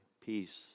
peace